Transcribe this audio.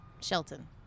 Shelton